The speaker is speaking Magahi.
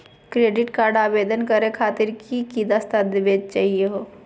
क्रेडिट कार्ड आवेदन करे खातिर की की दस्तावेज चाहीयो हो?